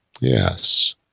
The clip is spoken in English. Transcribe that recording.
yes